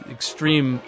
extreme